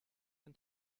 den